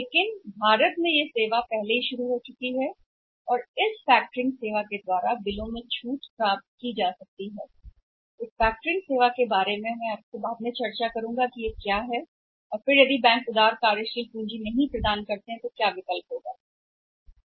लेकिन भारत में पहले से ही शुरू की गई सेवाओं और इस कारकों से बिलों में छूट मिल सकती है सेवाओं को प्रभावित करने वाले कारकों के बारे में मैं कुछ समय बाद आपके साथ चर्चा करता हूं यदि बैंक उदार कार्यशील पूंजी प्रदान नहीं कर रहे हैं तो कारक फिर से विकल्प हैं एक भाग